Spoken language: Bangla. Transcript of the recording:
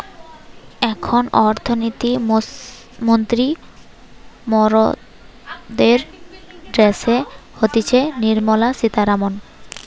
এখন অর্থনীতি মন্ত্রী মরদের ড্যাসে হতিছে নির্মলা সীতারামান